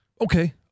Okay